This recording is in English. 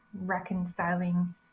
reconciling